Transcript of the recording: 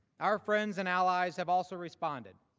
our friends and allies have also responded